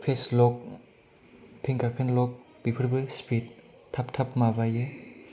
face lock fingerprint lock बेफोरबो speed थाब थाब माबायो